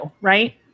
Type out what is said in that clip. Right